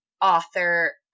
author